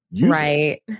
right